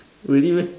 really meh